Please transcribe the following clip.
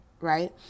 right